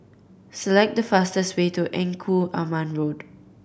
select the fastest way to Engku Aman Road